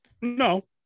No